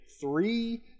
three